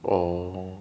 oh